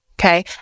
Okay